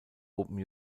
open